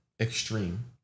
extreme